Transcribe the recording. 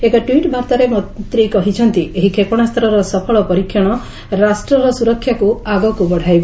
ଏକ ଟ୍ସିଟ୍ ବାର୍ଭାରେ ମନ୍ତ୍ରୀ କହିଛନ୍ତି ଏହି କ୍ଷେପଣାସ୍ତ୍ରର ସଫଳ ପରୀକ୍ଷଣ ରାଷ୍ଟ୍ରର ସୁରକ୍ଷାକୁ ଆଗକୁ ବଢ଼ାଇବ